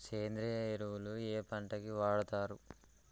సేంద్రీయ ఎరువులు ఏ పంట కి వాడుతరు?